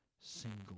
single